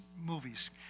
movies